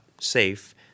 safe